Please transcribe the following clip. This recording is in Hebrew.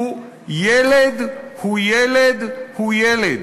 הוא: ילד הוא ילד הוא ילד.